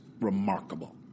remarkable